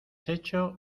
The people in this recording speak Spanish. hecho